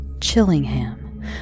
Chillingham